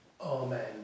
Amen